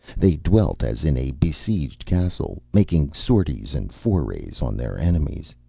they dwelt as in a besieged castle, making sorties and forays on their enemies.